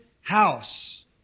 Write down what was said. house